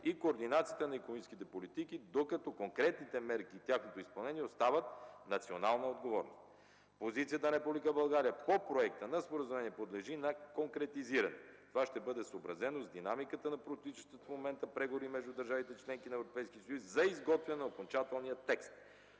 и координацията на икономическите политики, докато конкретните мерки и тяхното изпълнение остават национална отговорност. Позицията на Република България по Проекта на споразумение подлежи на конкретизиране. Това ще бъде съобразено с динамиката на протичащите в момента преговори между държавите – членки на Европейския съюз, за изготвяне на окончателния текст.